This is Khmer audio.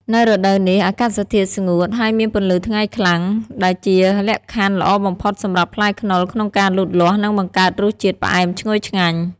នៅរដូវនេះ អាកាសធាតុស្ងួត ហើយមានពន្លឺថ្ងៃខ្លាំង ដែលជាលក្ខខណ្ឌល្អបំផុតសម្រាប់ផ្លែខ្នុរក្នុងការលូតលាស់ និងបង្កើតរសជាតិផ្អែមឈ្ងុយឆ្ងាញ់។